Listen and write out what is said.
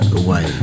away